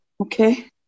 Okay